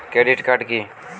Credit card কি?